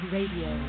Radio